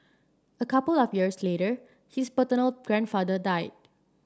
a couple of years later his paternal grandfather died